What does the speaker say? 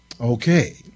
Okay